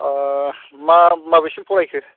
अ बबेसिम फरायखो